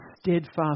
steadfast